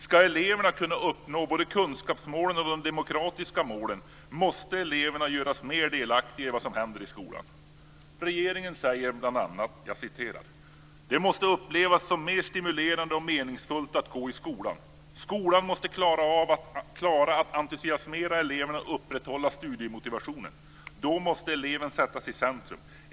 Ska eleverna kunna uppnå både kunskapsmålen och de demokratiska målen måste eleverna göras mer delaktiga i vad som händer i skolan. Regeringen säger: "Det måste upplevs som mer stimulerande och meningsfullt att gå i skolan. Skolan måste klara att entusiasmera eleverna och upprätthålla studiemotivationen. Då måste eleven sättas i centrum.